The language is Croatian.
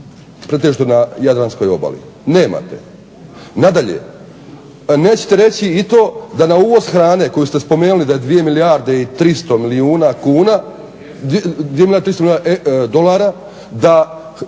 pretežito na jadranskoj obali? Nemate. Nadalje, nećete reći i to da na uvoz hrane koju ste spomenuli da je 2 milijarde i 300 milijuna kuna, di ima 300 milijuna dolara da